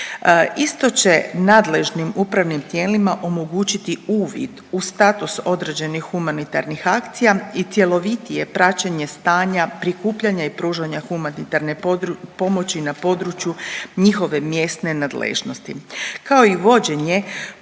Isto će nadležnim upravnim tijelima omogućiti uvid u status određenih humanitarnih akcija i cjelovitije praćenje stanja prikupljanja i pružanja humanitarne pomoći na području njihove mjesne nadležnosti, kao i vođenje